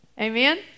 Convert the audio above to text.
Amen